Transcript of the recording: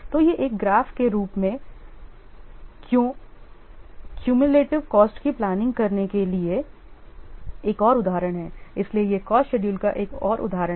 तो यह एक ग्राफ के रूप में क्योंमेंलेटीव प्रोजेक्ट कॉस्ट की प्लॉटिंग करने के लिए एक और उदाहरण है इसलिए यह कॉस्ट शेडूल का एक और उदाहरण है